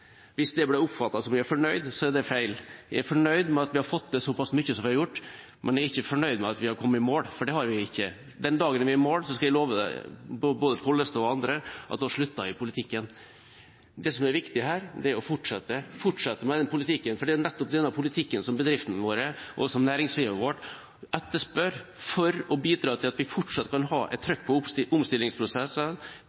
hvis det ble oppfattet som at jeg er fornøyd, er det feil: Jeg er fornøyd med at vi har fått til såpass mye som vi har gjort, men jeg er ikke fornøyd med at vi skal ha kommet i mål, for det har vi ikke. Den dagen vi er i mål, skal jeg love både Pollestad og andre at da slutter jeg i politikken. Det som er viktig her, er å fortsette med den politikken, for det er nettopp denne politikken som bedriftene våre og næringslivet vårt etterspør for å bidra til at vi fortsatt kan ha et